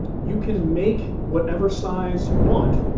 you can make whatever size you want.